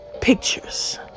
pictures